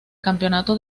campeonato